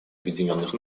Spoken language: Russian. объединенных